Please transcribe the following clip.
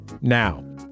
now